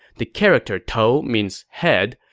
the character tou means head.